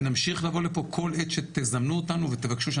ונמשיך לבוא לפה כל עת שתזמנו אותנו ותבקשו.